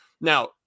Now